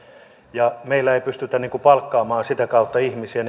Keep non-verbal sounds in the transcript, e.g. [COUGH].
ja meillä ei pystytä palkkaamaan sitä kautta ihmisiä [UNINTELLIGIBLE]